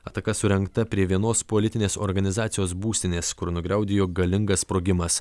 ataka surengta prie vienos politinės organizacijos būstinės kur nugriaudėjo galingas sprogimas